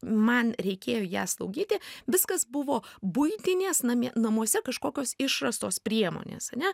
man reikėjo ją slaugyti viskas buvo buitinės namie namuose kažkokios išrastos priemonės ane